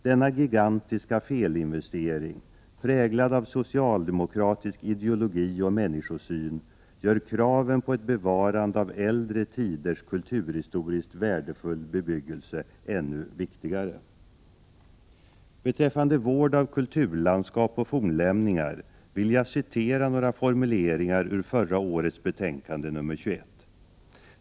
Denna gigantiska felinvestering, präglad av socialdemokratisk ideologi och människosyn, gör kraven på ett bevarande av äldre tiders kulturhistoriskt värdefulla bebyggelse ännu viktigare. Beträffande vård av kulturlandskap och fornlämningar vill jag citera några formuleringar ur förra årets betänkande nr 21.